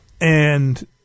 and-